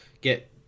get